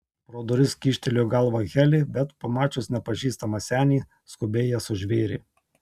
pro duris kyštelėjo galvą heli bet pamačius nepažįstamą senį skubiai jas užvėrė